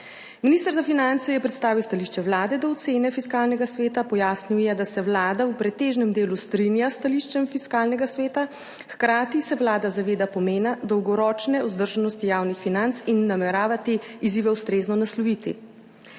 Minister za finance je predstavil stališče Vlade do ocene Fiskalnega sveta, pojasnil je, da se Vlada v pretežnem delu strinja s stališčem Fiskalnega sveta, hkrati se Vlada zaveda pomena dolgoročne vzdržnosti javnih financ in namerava te izzive ustrezno nasloviti.